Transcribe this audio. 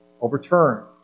overturned